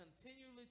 continually